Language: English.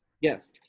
Yes